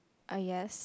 I guess